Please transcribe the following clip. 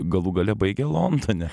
galų gale baigia londone